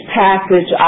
passage